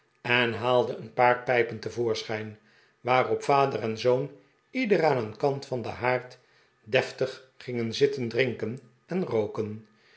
en haalde een paar pijpen te voorschijn waarop yader en zoon ieder aan een kant van den haard deftig gingen zitten drinken en rooken